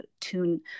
tune